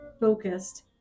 focused